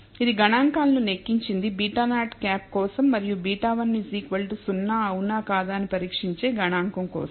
ఇది గణాంకాలను లెక్కించింది β̂0 కోసం మరియు β1 0 అవునా కాదా అని పరీక్షించే గణాంకం కోసం